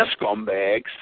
scumbags